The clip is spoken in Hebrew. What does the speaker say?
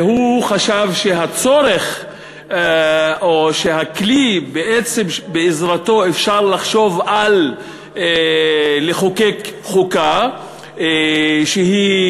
והוא חשב שהצורך או הכלי שבעזרתו אפשר לחשוב על חקיקת חוקה שהיא